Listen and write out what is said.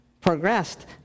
progressed